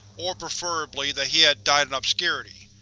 or preferably, that he had died in obscurity.